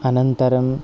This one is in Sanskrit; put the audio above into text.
अनन्तरं